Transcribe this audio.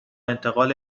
انتقال